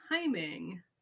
timing